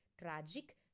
tragic